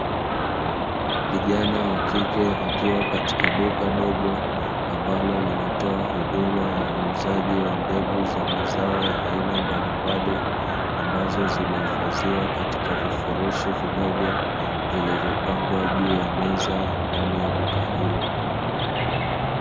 Kijana wa kike akiwa katika duka dogo ambalo linatoa huduma ya uuzaji wa mbegu za mazao ya aina mbalimbali, ambazo zimehifadhiwa katika vifurushi vidogo vilivyopangwa juu ya meza ndani ya duka hilo.